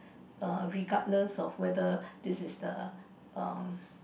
err regardless of whether this is the um